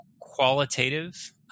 qualitative